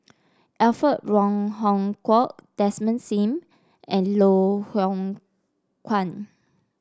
Alfred Wong Hong Kwok Desmond Sim and Loh Hoong Kwan